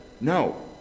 no